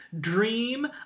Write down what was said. dream